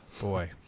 Boy